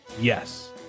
Yes